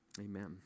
Amen